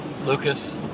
Lucas